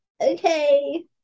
Okay